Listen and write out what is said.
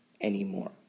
anymore